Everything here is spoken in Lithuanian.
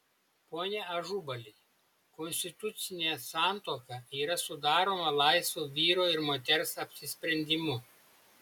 pone ažubali konstitucinė santuoka yra sudaroma laisvu vyro ir moters apsisprendimu